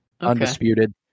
Undisputed